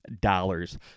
dollars